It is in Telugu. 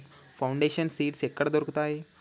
ఫౌండేషన్ సీడ్స్ ఎక్కడ దొరుకుతాయి?